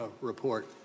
report